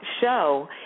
show